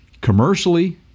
commercially